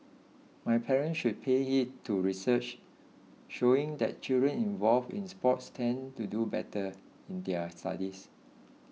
my parents should pay heed to research showing that children involved in sports tend to do better in their studies